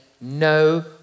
no